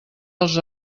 dels